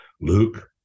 Luke